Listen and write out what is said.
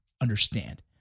understand